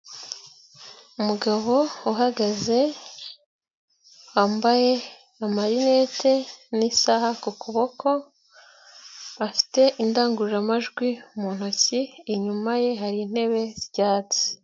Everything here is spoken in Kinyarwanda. Umugabo uhagaze wambaye amarinete n'isaha ku kuboko afite indangururamajwi mu ntoki, inyuma ye hari intebe z'icyatsi.